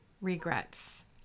regrets